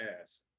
ass